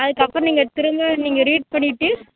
அதுக்கப்புறம் நீங்கள் திரும்ப நீங்கள் ரீட் பண்ணிவிட்டு